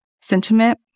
sentiment